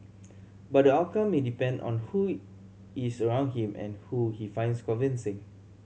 but the outcome may depend on who is around him and who he finds convincing